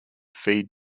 feed